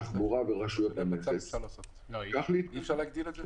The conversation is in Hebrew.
אי אפשר להגדיל את זה?